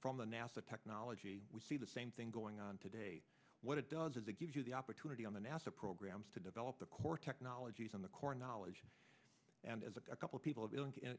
from the nasa technology we see the same thing going on today what it does is it gives you the opportunity on the nasa programs to develop the core technologies and the core knowledge and as a couple people it